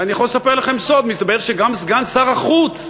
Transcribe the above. ואני יכול לספר לכם סוד, מסתבר שגם סגן שר החוץ,